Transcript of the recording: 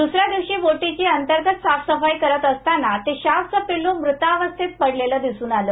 दुसऱ्या दिवशी बोटीची अंतर्गत साफसफाई करत असताना ते शार्कचं पिल्लू मृतावस्थेत पडलेलं दिसून आलं